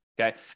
Okay